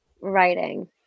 writing